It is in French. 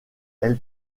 elle